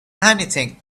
anything